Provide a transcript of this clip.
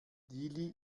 dili